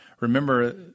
Remember